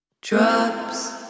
drops